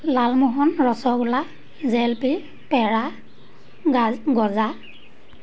লালমোহন ৰসগোল্লা জেলেপি পেৰা গজা